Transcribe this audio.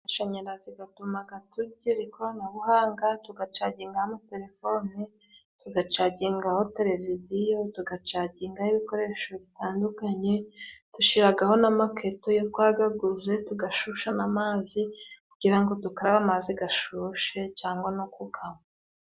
Amashanyarazi atumaga tugira ikoranabuhanga, tugacagingaho telefone, tugacagingaho televiziyo, tugacagingaho ibikoresho bitandukanye, dushyiraho n'amaketo iyo twayaguze, tugashyushya n'amazi, kugira ngo dukarabe amazi ashyushe cyangwa no kuyanywa.